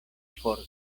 forta